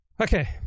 Okay